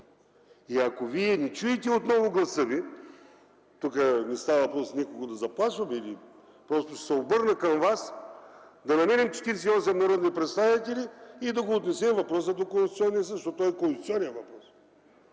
И ако вие не чуете отново гласа ми – тук не става въпрос никого да заплашвам, просто ще се обърна към вас, да намерим 48 народни представители и да отнесем въпроса до Конституционния съд, защото въпросът